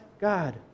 God